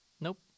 Nope